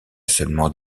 seulement